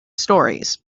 stories